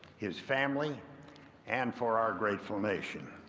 his family and for our grateful nation.